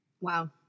Wow